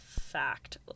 fact